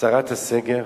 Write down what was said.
הסרת הסגר?